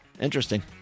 interesting